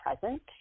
present